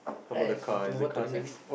right want to move on to the next